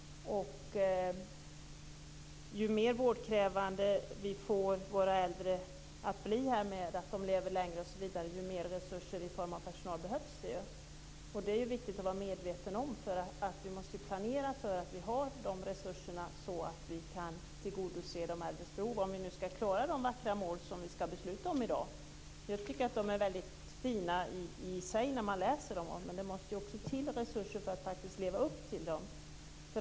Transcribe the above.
Ju mer vårdkrävande våra äldre blir, genom att de lever längre, desto mer resurser i form av personal behövs det. Det är viktigt att vara medveten om det. Vi måste ju planera så att vi har de resurserna, för att kunna tillgodose de äldres behov - om vi nu skall klara de vackra mål som vi skall besluta om i dag. De målen är väldigt fina i sig när man läser om dem, men det måste också till resurser för att vi skall leva upp till dem.